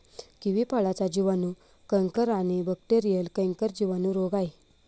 kiwi फळाचा जिवाणू canker आणि बॅक्टेरीयल कैंकर जिवाणू रोग आहे